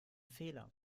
fehler